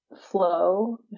flow